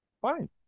Fine